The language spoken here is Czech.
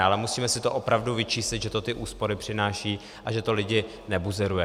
Ale musíme si opravdu vyčíslit, že to ty úspory přináší a že to lidi nebuzeruje.